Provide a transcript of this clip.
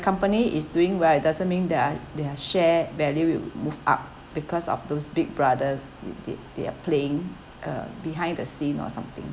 company is doing well it doesn't mean there are their share value move up because of those big brothers th~ th~ they're playing uh behind the scene or something